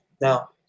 now